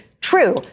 true